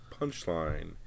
Punchline